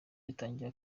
yatangiye